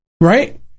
right